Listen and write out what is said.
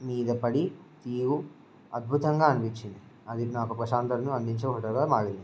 మీద పడిన తీరు అద్భుతంగా అనిపించింది అది నాకు ప్రశాంతతను అందించే ఫోటోగా మారింది